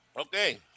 Okay